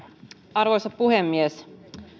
arvoisa puhemies